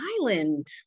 island